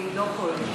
והיא לא פועלת.